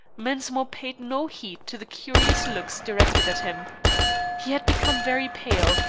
mensmore paid no heed to the curious looks directed at him he had become very pale,